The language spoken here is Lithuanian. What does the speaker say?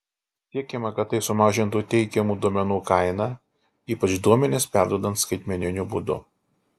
siekiama kad tai sumažintų teikiamų duomenų kainą ypač duomenis perduodant skaitmeniniu būdu